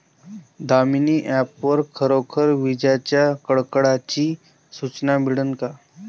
Damini app वर खरोखर विजाइच्या कडकडाटाची सूचना मिळन का?